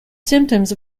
symptoms